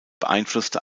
beeinflusste